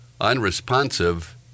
unresponsive